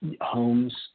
homes